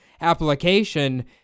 application